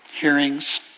hearings